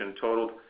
totaled